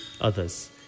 others